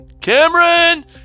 Cameron